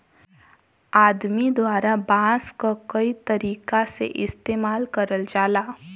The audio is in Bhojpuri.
आदमी द्वारा बांस क कई तरीका से इस्तेमाल करल जाला